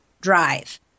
drive